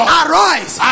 arise